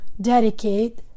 dedicate